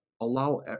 allow